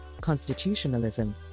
constitutionalism